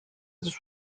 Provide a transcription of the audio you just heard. just